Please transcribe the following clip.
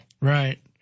Right